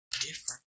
different